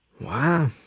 Wow